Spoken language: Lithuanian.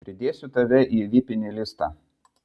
pridėsiu tave į vipinį listą